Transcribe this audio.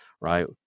right